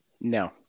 No